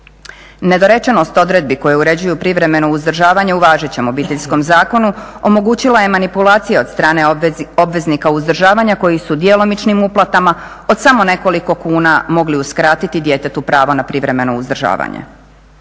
Nedorečenost odredbi koje određuju privremeno uzdržavanje u važećem Obiteljskom zakonu omogućila je manipulacija od strane obveznika uzdržavanja koji su djelomičnim uplatama od samo nekoliko kuna mogli uskratiti djetetu pravo na privremeno uzdržavanje.